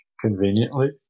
conveniently